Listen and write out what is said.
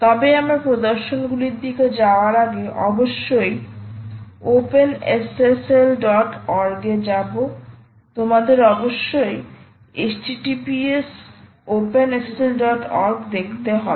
তবে আমরা প্রদর্শন গুলির দিকে যাওয়ার আগে অবশ্যই ওপেনএসএসএলঅর্গ OpenSSLorg এ যাও তোমাদের অবশ্যই httpsOpenSSLorg দেখতে হবে